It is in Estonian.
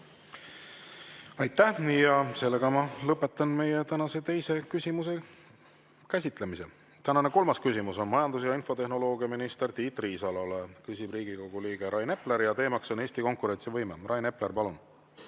Aitäh! Lõpetan meie tänase teise küsimuse käsitlemise. Tänane kolmas küsimus on majandus- ja infotehnoloogiaminister Tiit Riisalole, küsib Riigikogu liige Rain Epler ja teema on Eesti konkurentsivõime. Rain Epler, palun!